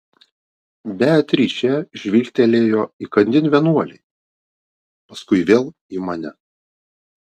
beatričė žvilgtelėjo įkandin vienuolei paskui vėl į mane